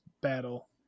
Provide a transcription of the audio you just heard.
battle